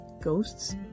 ghosts